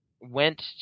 went